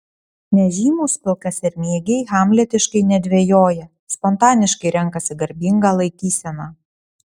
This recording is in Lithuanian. nežymūs pilkasermėgiai hamletiškai nedvejoja spontaniškai renkasi garbingą laikyseną